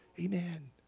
Amen